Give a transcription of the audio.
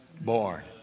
born